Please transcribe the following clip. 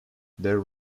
their